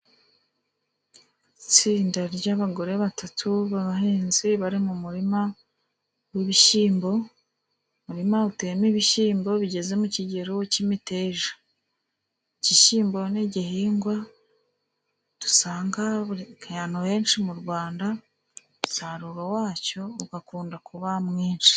Itsinda ry'abagore batatu b'abahinzi bari mu murima w'ibishyimbo, umurima uteyemo ibishyimbo bigeze mu kigero cy'imiteja. Igishyimbo ni igihingwa dusanga ahantu henshi mu Rwanda, umusaruro wacyo ugakunda kuba mwinshi.